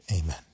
Amen